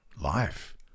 life